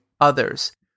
others